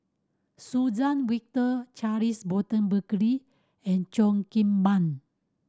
Suzann Victor Charles Burton Buckley and Cheo Kim Ban